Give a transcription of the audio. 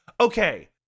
Okay